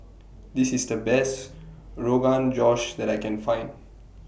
This IS The Best Rogan Josh that I Can Find